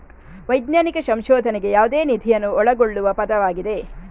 ವೈಜ್ಞಾನಿಕ ಸಂಶೋಧನೆಗೆ ಯಾವುದೇ ನಿಧಿಯನ್ನು ಒಳಗೊಳ್ಳುವ ಪದವಾಗಿದೆ